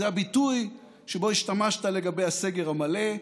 זה הביטוי שבו השתמשת לגבי הסגר המלא.